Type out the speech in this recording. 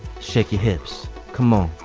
shake your hips. come on.